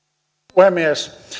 puhemies